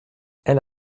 elle